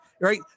right